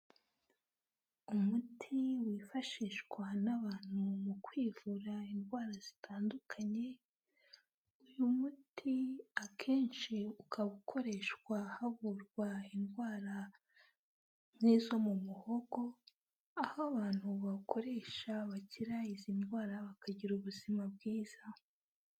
Umuti wifashishwa n'abantu mu kwivura indwara zitandukanye, uyu muti akenshi ukaba ukoreshwa havurwa indwara nk'izo mu muhogo, aho abantu bawukoresha bakira izi ndwara bakagira ubuzima bwiza.